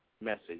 message